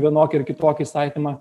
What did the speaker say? vienokį ar kitokį įstatymą